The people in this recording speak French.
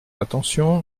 attention